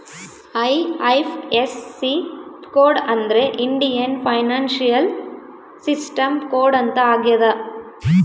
IFSC code ಅಂದ್ರೆ Indian financial system code ಅಂತ ಆಗ್ಯದ